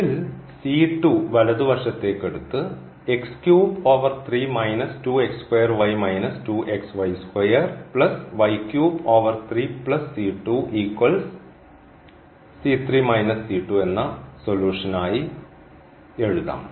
ഇതിൽ വലതുവശത്തേക്ക്ടുത്ത് എന്ന സൊലൂഷൻ ആയി എഴുതാം